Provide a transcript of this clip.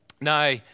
Now